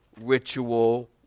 ritual